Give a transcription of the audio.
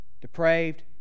Depraved